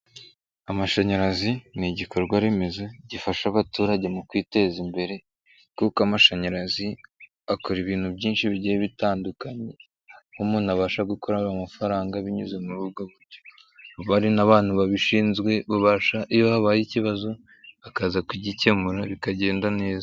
Amashanyarazi ni igikorwa remezo gifasha abaturage mu kwiteza imbere kuko amashanyarazi akora ibintu byinshi bigiye bitandukanye, aho umuntu abasha gukorera amafaranga binyuze muri ubw buryo. Haba hari n'abantu babishinzwe, iyo habaye ikibazo bakaza kugikemura bikagenda neza.